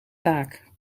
taak